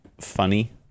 funny